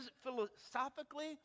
philosophically